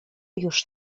już